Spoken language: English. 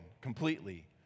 completely